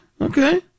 okay